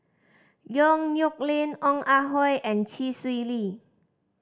Yong Nyuk Lin Ong Ah Hoi and Chee Swee Lee